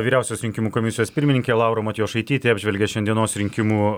vyriausios rinkimų komisijos pirmininkė laura matijošaitytė apžvelgia šiandienos rinkimų